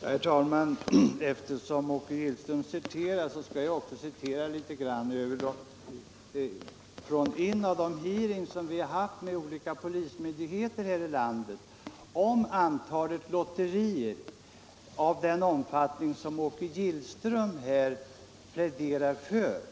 Herr talman! Eftersom Åke Gillström citerar skall också jag göra det. Jag vill citera från en av de hearings vi har haft med olika polismyndigheter här i landet om antalet lotterier av den omfattning som Åke Gillström här pläderar för.